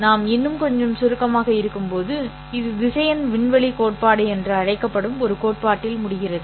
நாம் இன்னும் கொஞ்சம் சுருக்கமாக இருக்கும்போது இது திசையன் விண்வெளி கோட்பாடு என்று அழைக்கப்படும் ஒரு கோட்பாட்டில் முடிகிறது